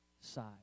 side